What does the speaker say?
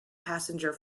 passenger